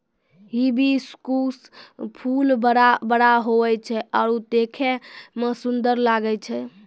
hibiscus फूल बड़ा बड़ा हुवै छै आरु देखै मे सुन्दर लागै छै